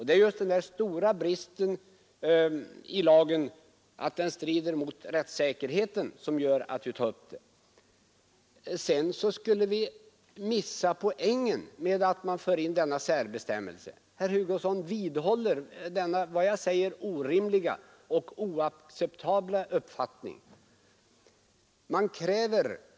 Det är just denna stora brist att lagen strider mot Överlastavgift rättssäkerheten som har gjort att vi tagit upp frågan på nytt i år. Sedan sade herr Hugosson också att vi skulle missa poängen om vi införde den föreslagna bestämmelsen i lagen. Herr Hugosson vidhåller sålunda sin enligt min mening orimliga och oacceptabla uppfattning.